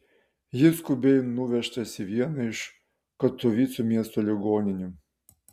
jis skubiai nuvežtas į vieną iš katovicų miesto ligoninių